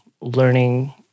learning